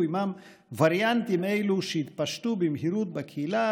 עימם וריאנטים אלו שיתפשטו במהירות בקהילה,